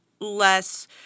less